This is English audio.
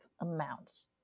amounts